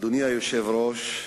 אדוני היושב-ראש,